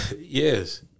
Yes